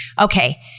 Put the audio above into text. Okay